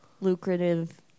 lucrative